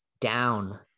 down